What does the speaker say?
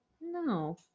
No